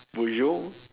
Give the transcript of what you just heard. bonjour